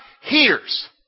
hears